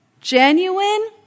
genuine